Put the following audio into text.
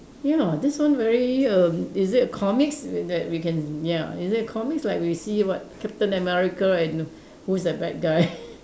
ya this one very erm is it a comics in that we can ya is it a comics like we see what Captain America and who's that bad guy